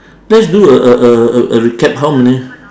let's do a a a a a recap how many